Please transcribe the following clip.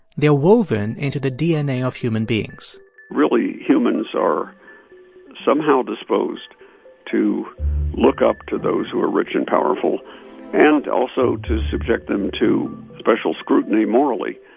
they are woven into the dna of human beings really, humans are somehow disposed to look up to those who are rich and powerful and also to subject them to special scrutiny morally.